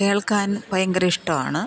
കേൾക്കാൻ ഭയങ്കര ഇഷ്ടമാണ്